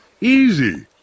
Easy